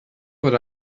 what